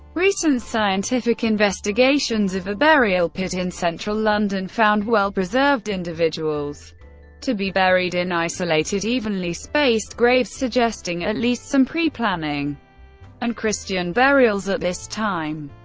recent scientific investigations of a burial pit in central london found well-preserved individuals to be buried in isolated, evenly spaced graves, suggesting at least some pre-planning and christian burials at this time.